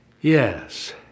Yes